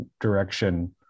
direction